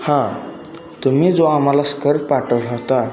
हा तुम्ही जो आम्हाला स्कर पाठवला होता